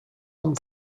amb